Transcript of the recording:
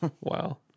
Wow